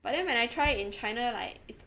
but then when I try in china like it's